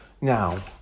Now